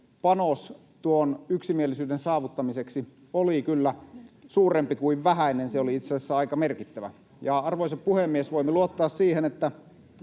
panos tuon yksimielisyyden saavuttamiseksi oli kyllä suurempi kuin vähäinen. Se oli itse asiassa aika merkittävä. [Aki Lindén: Onko pääministeri samaa mieltä?]